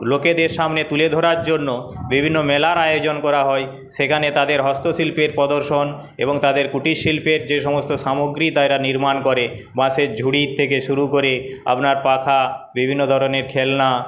লোকেদের সামনে তুলে ধরার জন্য বিভিন্ন মেলার আয়োজন করা হয় সেখানে তাদের হস্তশিল্পের প্রদর্শন এবং তাদের কুটিরশিল্পের যেসমস্ত সামগ্রী তারা নির্মাণ করে বাঁশের ঝুড়ির থেকে শুরু করে আপনার পাখা বিভিন্ন ধরণের খেলনা